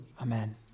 Amen